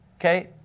okay